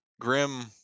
Grim